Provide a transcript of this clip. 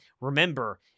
remember